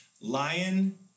lion